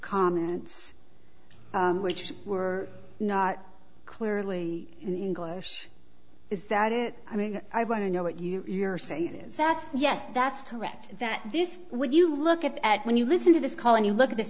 comments which were not clearly in glass is that it i mean i want to know what you are saying is that yes that's correct that this when you look at when you listen to this call and you look at th